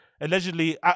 allegedly